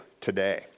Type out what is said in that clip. today